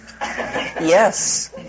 Yes